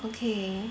okay